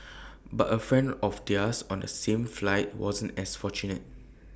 but A friend of theirs on the same flight wasn't as fortunate